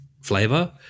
flavor